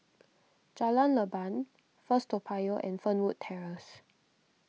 Jalan Leban First Toa Payoh and Fernwood Terrace